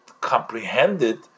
comprehended